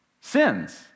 sins